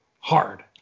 hard